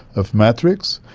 of matrix,